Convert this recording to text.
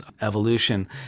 evolution